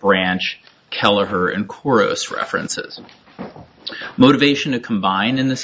branch kelleher and chorus references motivation to combine in this